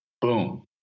Boom